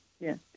Yes